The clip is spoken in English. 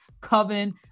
Coven